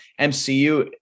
MCU